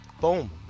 Boom